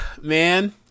man